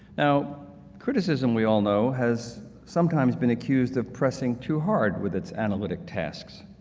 now criticism we all know has sometimes been accused of pressing too hard with its analytic tasks.